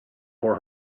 for